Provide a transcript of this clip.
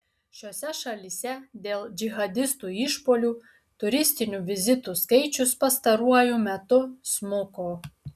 šiose šalyse dėl džihadistų išpuolių turistinių vizitų skaičius pastaruoju metu smuko